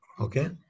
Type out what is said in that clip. Okay